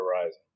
Horizon